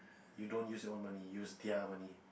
you don't use your own money use their money